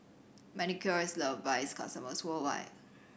Manicare is love by its customers worldwide